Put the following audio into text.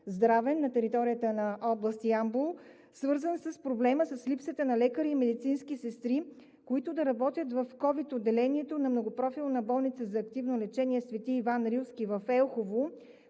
на територията на област Ямбол, свързан с липсата на лекари и медицински сестри, които да работят в ковид отделението на Многопрофилната болница за активно лечение „Св. Иван Рилски“ в Елхово,